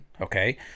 Okay